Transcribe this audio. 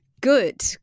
Good